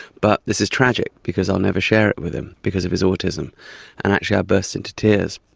but this is tragic because i'll never share it with him because of his autism, and actually i burst into tears.